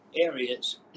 areas